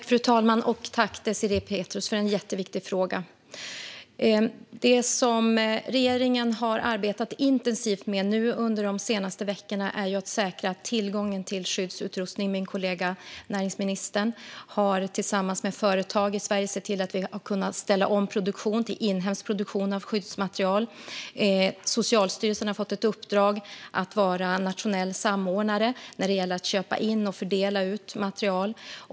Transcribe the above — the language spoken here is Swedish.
Fru talman! Tack, Désirée Pethrus, för en jätteviktig fråga! Det som regeringen har arbetat intensivt med under de senaste veckorna är att säkra tillgången till skyddsutrustning. Min kollega näringsministern har tillsammans med företag i Sverige sett till att vi har kunnat ställa om produktion till inhemsk produktion av skyddsmaterial. Socialstyrelsen har fått ett uppdrag att vara nationell samordnare när det gäller att köpa in och fördela material.